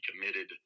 committed